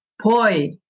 Poi